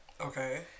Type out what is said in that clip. Okay